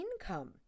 income